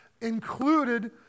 included